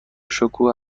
شکوه